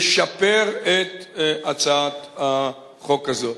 לשפר את הצעת החוק הזאת.